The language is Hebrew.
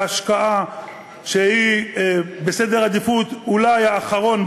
וההשקעה שבסדר העדיפויות היא אולי האחרונה,